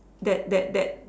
that that that